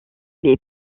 les